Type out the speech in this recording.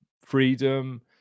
freedom